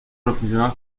profesional